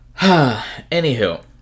Anywho